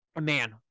Man